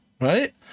right